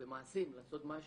במעשים לעשות משהו,